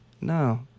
no